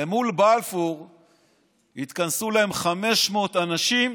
ומול בלפור התכנסו להם 500 אנשים,